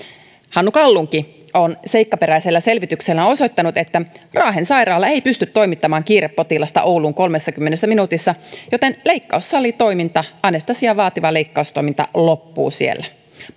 hannu kallunki on seikkaperäisellä selvityksellään osoittanut että raahen sairaala ei pysty toimittamaan kiirepotilasta ouluun kolmessakymmenessä minuutissa joten leikkaussalitoiminta anestesiaa vaativa leikkaustoiminta loppuu siellä